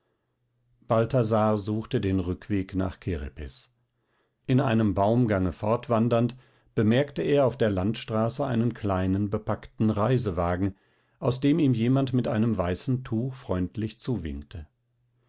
balthasar suchte den rückweg nach kerepes in einem baumgange fortwandernd bemerkte er auf der landstraße einen kleinen bepackten reisewagen aus dem ihm jemand mit einem weißen tuch freundlich zuwinkte